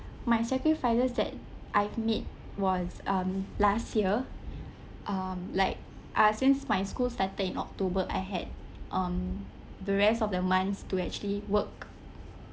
my sacrifices that I've made was um last year um like uh since my school started in october I had um the rest of the month to actually work